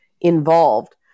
involved